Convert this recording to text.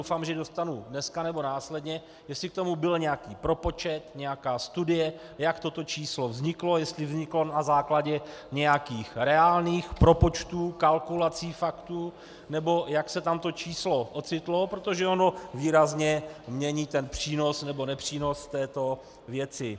Doufám, že ji dostanu dneska nebo následně jestli k tomu byl nějaký propočet, nějaká studie, jak toto číslo vzniklo, jestli vzniklo na základě nějakých reálných propočtů, kalkulací, faktů nebo jak se tam to číslo ocitlo, protože ono výrazně mění přínos nebo nepřínos této věci.